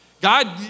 God